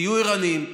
תהיו ערניים.